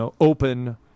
open